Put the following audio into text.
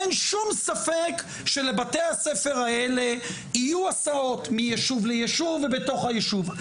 אין שום ספק שלבתי הספר האלה יהיו הסעות מיישוב ליישוב ובתוך היישוב.